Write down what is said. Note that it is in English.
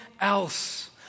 else